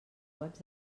webs